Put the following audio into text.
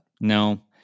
No